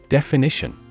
Definition